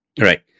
Right